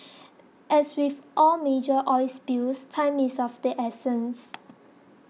as with all major oil spills time is of the essence